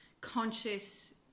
conscious –